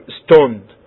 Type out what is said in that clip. stoned